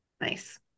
Nice